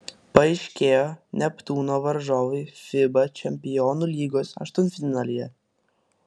paaiškėjo neptūno varžovai fiba čempionų lygos aštuntfinalyje